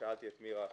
שאלתי את מירה.